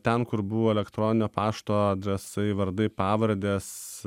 ten kur buvo elektroninio pašto adresai vardai pavardės